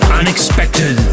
unexpected